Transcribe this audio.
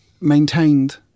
maintained